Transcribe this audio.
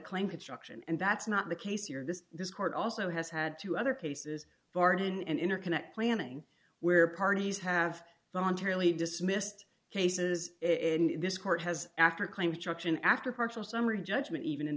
claim construction and that's not the case here this this court also has had two other cases barden and interconnect planning where parties have voluntarily dismissed cases in this court has after claims struction after partial summary judgment even in